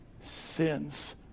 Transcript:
sins